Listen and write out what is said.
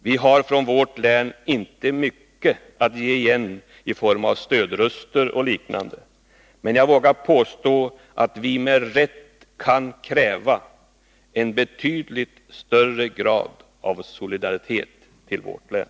Vi har från vårt län inte mycket att ge igen i form av stödröster och liknande, men jag vågar påstå att vi med rätta kan kräva en betydligt större grad av solidaritet med vårt län.